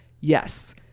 Yes